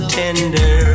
tender